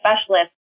specialist